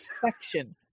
perfection